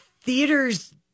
theaters